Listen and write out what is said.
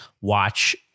watch